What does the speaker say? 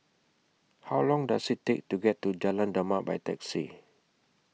How Long Does IT Take to get to Jalan Demak By Taxi